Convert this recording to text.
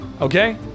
okay